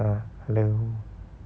uh hello